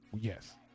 Yes